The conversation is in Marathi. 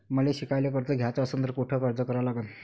मले शिकायले कर्ज घ्याच असन तर कुठ अर्ज करा लागन?